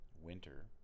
winter